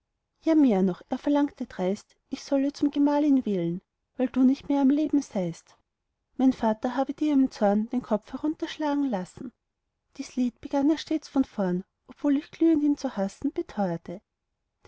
ja mehr noch er verlangte dreist ich solle zum gemahl ihn wählen weil du nicht mehr am leben seist mein vater habe dir im zorn den kopf herunterschlagen lassen dies lied begann er stets von vorn obwohl ich glühend ihn zu hassen beteuerte